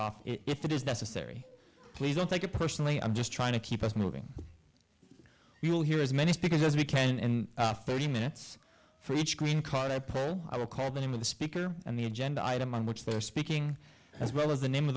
off if it is necessary please don't take it personally i'm just trying to keep us moving you'll hear is menace because we can and thirty minutes for each green card i put i would call the name of the speaker and the agenda item on which they are speaking as well as the name of